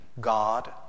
God